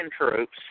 troops